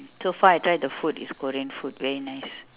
so far I try the food is korean food very nice